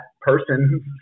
person